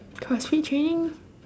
crossfit training